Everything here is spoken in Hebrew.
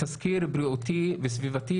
תסקיר בריאותי וסביבתי,